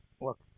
look